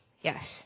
Yes